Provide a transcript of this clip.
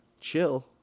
Chill